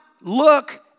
look